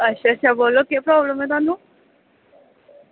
अच्छा अच्छा बोलो केह् प्रबल्म ऐ तुआनूं